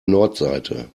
nordseite